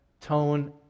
tone